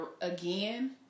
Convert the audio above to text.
again